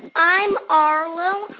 and i'm arlo.